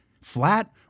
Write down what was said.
flat